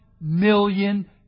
million